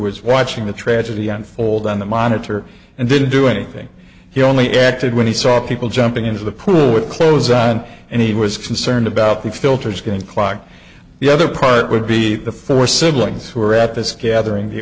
was watching the tragedy unfold on the monitor and didn't do anything he only acted when he saw people jumping into the pool with clothes on and he was concerned about the filters can clog the other part it would be the four siblings who are at this gathering the